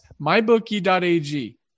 mybookie.ag